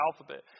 alphabet